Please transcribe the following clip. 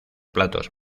platos